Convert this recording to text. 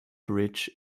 bridge